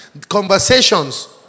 Conversations